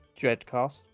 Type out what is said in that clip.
Dreadcast